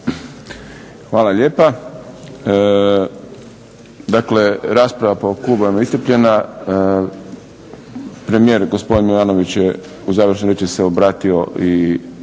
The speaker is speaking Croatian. Hvala lijepa. Dakle rasprava po klubovima je iscrpljena. Premijer gospodin Milanović je u završnoj riječi se obratio i